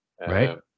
Right